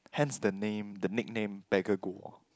hence the name the nickname beggar ghoul